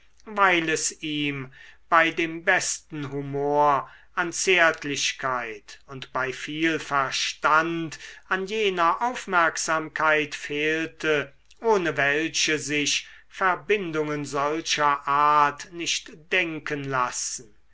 weil es ihm bei dem besten humor an zärtlichkeit und bei viel verstand an jener aufmerksamkeit fehlte ohne welche sich verbindungen solcher art nicht denken lassen